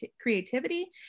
creativity